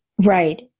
Right